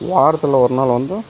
வாரத்தில் ஒரு நாள் வந்து